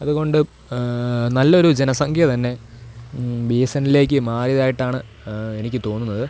അതുകൊണ്ട് നല്ലൊരു ജനസംഖ്യ തന്നെ ബി എസ് എന്നിലേക്ക് മാറിയതായിട്ടാണ് എനിക്ക് തോന്നുന്നത്